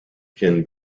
can